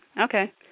Okay